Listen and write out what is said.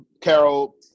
Carol